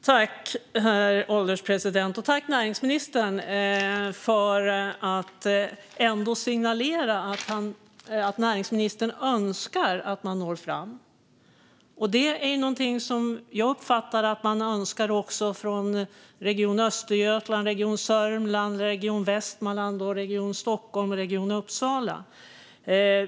Herr ålderspresident! Jag tackar näringsministern för att han ändå signalerar att han önskar att man når fram. Det är någonting som jag uppfattar att man också önskar från Region Östergötland, Region Sörmland, Region Västmanland, Region Stockholm och Region Uppsala.